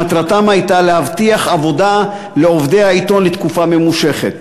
שמטרתם הייתה להבטיח עבודה לעובדי העיתון לתקופה ממושכת.